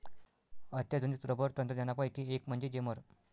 अत्याधुनिक रबर तंत्रज्ञानापैकी एक म्हणजे जेमर